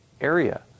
area